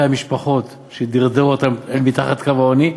המשפחות שהוא דרדר אל מתחת לקו העוני.